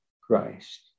Christ